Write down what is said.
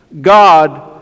God